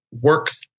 works